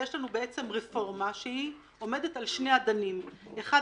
יש לנו רפורמה שעומדת על שני אדנים: האחד,